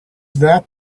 that